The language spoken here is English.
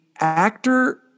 actor